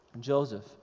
Joseph